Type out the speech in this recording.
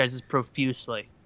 profusely